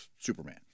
Superman